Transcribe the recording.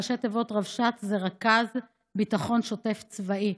ראשי התיבות רבש"צ זה רכז ביטחון שוטף צבאי.